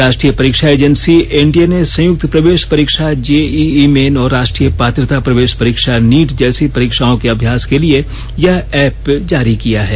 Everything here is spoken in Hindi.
राष्टीय परीक्षा एजेंसी एनटीए ने संयक्त प्रवेश परीक्षा जेर्डर्ड मेन और राष्ट्रीय पात्रता प्रवेश परीक्षा नीट जैसी परीक्षाओं के अभ्यास के लिए यह ऐप तैयार किया है